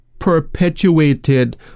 perpetuated